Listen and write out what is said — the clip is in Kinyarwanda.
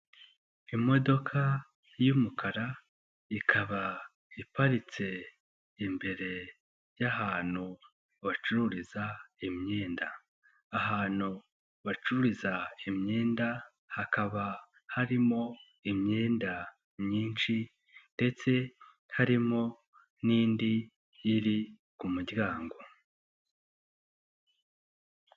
Imodoka y'umukara ikaba iparitse imbere y'ahantu bacururiza imyenda. Ahantu bacururiza imyenda hakaba harimo imyenda myinshi ndetse harimo n'indi iri ku muryango.